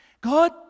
God